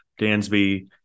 Dansby